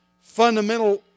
fundamental